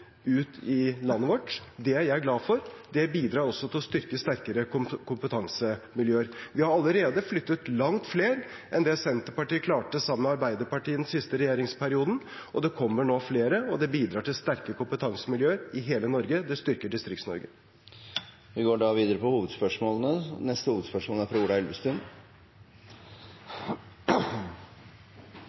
ut i landet vårt. Det er jeg glad for. Det bidrar også til å skape sterkere kompetansemiljøer. Vi har allerede flyttet langt flere enn det Senterpartiet klarte sammen med Arbeiderpartiet i den siste regjeringsperioden, og det kommer nå flere. Det bidrar til sterke kompetansemiljøer i hele Norge. Det styrker Distrikts-Norge. Vi går videre til neste hovedspørsmål.